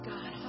God